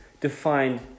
defined